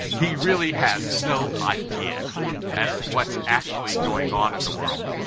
he really has no idea as to what's actually going on in the world.